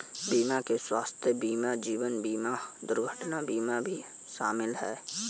बीमा में स्वास्थय बीमा जीवन बिमा दुर्घटना बीमा भी शामिल है